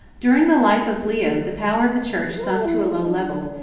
during the life of leo the power of the church sunk to a low level,